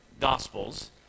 gospels